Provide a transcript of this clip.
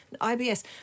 IBS